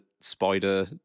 Spider